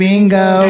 Bingo